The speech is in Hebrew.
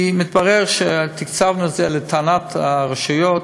מתברר שתקצבנו את זה, לטענת הרשויות,